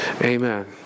Amen